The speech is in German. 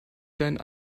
deinen